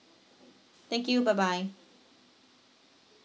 thank you bye bye